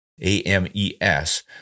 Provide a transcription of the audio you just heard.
A-M-E-S